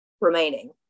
remaining